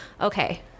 Okay